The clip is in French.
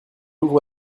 ouvre